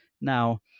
Now